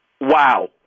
wow